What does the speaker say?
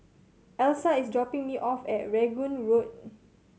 Elsa is dropping me off at Rangoon Road